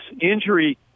injury